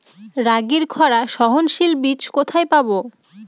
রাগির খরা সহনশীল বীজ কোথায় পাবো?